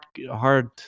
hard